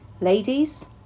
Ladies